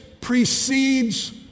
precedes